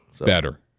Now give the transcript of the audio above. better